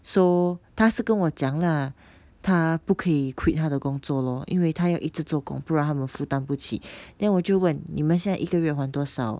so 他是是跟我讲啦他不可以 quit 她的工作咯因为他要一直做工不然他们负担不起 then 我就问你们现在一个月还多少